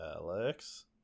Alex